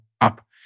up